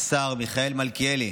השר מיכאל מלכיאלי,